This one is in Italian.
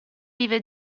vive